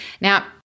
Now